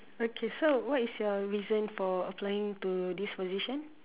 okay so what is your reason for applying to this position